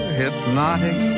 hypnotic